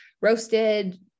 roasted